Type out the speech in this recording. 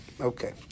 Okay